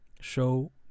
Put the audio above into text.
show